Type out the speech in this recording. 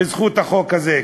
בזכות החוק הזה,